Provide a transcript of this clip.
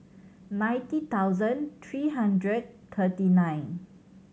ninety thousand three hundred thirty nine